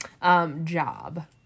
Job